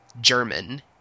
German